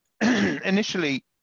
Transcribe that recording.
initially